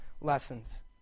lessons